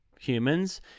humans